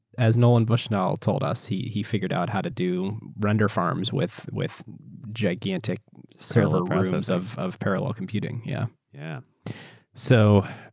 as nolan bushnell told us, he he figured out how to do render farms with with gigantic server rooms of of parallel computing. yeah yeah so